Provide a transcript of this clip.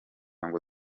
ngo